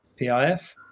PIF